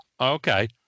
Okay